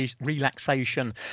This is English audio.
relaxation